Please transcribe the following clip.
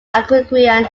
algonquian